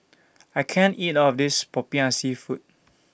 I can't eat All of This Popiah Seafood